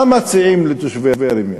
מה מציעים לתושבי ראמיה?